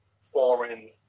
Foreign